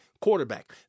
quarterback